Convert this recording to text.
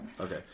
Okay